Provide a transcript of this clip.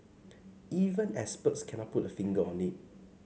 even experts cannot put a finger on it